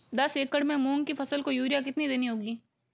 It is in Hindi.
दस एकड़ में मूंग की फसल को यूरिया कितनी देनी होगी?